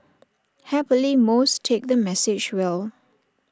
happily most take the message well